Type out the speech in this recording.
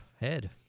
head